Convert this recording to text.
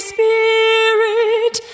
Spirit